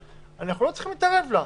אנחנו לא צריכים להתערב לה.